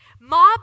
Mob